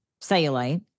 cellulite